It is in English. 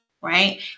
right